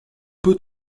peut